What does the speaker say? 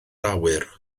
awyr